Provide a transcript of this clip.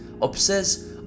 obsess